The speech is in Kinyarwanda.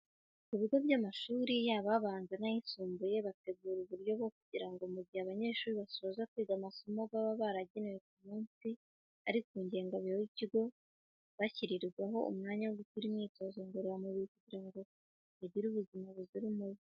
Ku bigo by'amashuri yaba abanza n'ayisumbuye, bategura uburyo bwo kugira ngo mu gihe abanyeshuri basoje kwiga amasomo baba baragenewe ku munsi ari ku ngengabihe y'ikigo, bashyirirwaho umwanya wo gukoraho imyitozo ngororamubiri, kugira ngo bagire ubuzima buzira umuze.